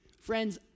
Friends